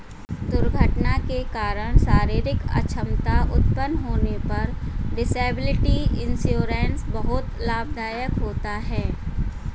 दुर्घटना के कारण शारीरिक अक्षमता उत्पन्न होने पर डिसेबिलिटी इंश्योरेंस बहुत लाभदायक होता है